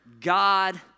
God